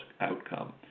outcome